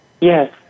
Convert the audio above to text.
Yes